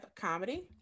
comedy